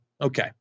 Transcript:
Okay